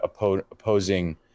opposing